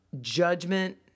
judgment